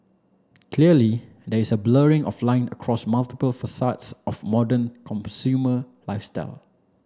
clearly there is a blurring of lines across multiple facets of a modern consumer lifestyle